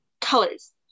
colors